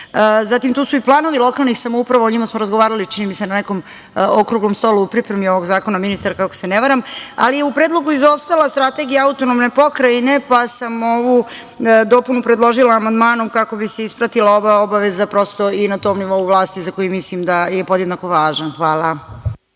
Zatim, tu su i planovi lokalnih samouprava. O njima smo razgovarali, čini mi se, na nekom okruglom stolu u pripremi ovog zakona, ministarka, ako se ne varam, ali je u predlogu izostala strategija autonomne pokrajine, pa sam ovu dopunu predložila amandmanom kako bi se ispratila ova obaveza prosto i na tom nivou vlasti za koji mislim da je podjednako važan. Hvala.